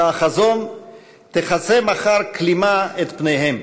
להזייתנו, תכסה מחר כלימה את פניהם".